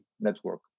Network